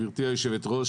גברתי היושבת-ראש,